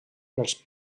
dels